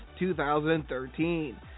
2013